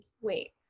wait